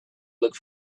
look